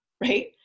right